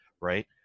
right